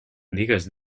digues